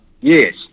Yes